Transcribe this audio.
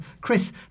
Chris